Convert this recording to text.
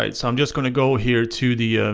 um so i'm just going to go here to the